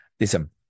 Listen